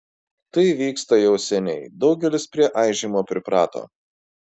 tai vyksta jau seniai daugelis prie aižymo priprato